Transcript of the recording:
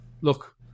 look